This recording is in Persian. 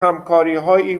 همکاریهایی